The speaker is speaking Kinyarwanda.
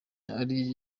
ari